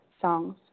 songs